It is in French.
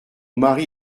mari